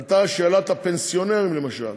עלתה שאלת הפנסיונרים, למשל,